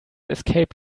escape